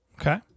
Okay